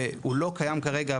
שהוא לא קיים כרגע,